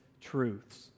truths